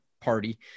party